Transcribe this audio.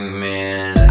man